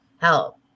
help